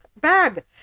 bag